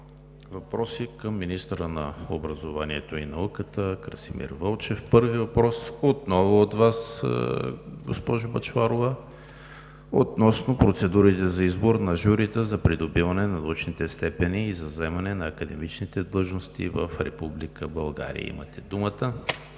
въпроси към министъра на образованието и науката Красимир Вълчев. Първият въпрос е отново от Вас, госпожо Бъчварова, относно процедурата за избор на журита за придобиване на научните степени и за заемане на академичните длъжности в Република България. Имате думата.